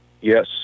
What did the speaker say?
Yes